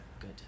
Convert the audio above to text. Good